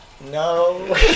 No